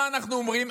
מה אנחנו אומרים?